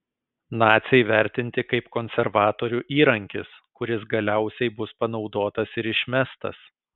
naciai vertinti kaip konservatorių įrankis kuris galiausiai bus panaudotas ir išmestas